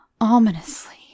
ominously